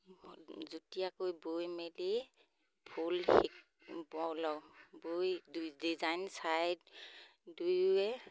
যুটীয়াকৈ বৈ মেলি ফুল সি ব লগাওঁ বৈ দুই ডিজাইন ছাইড দুয়োৱে